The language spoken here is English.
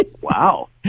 wow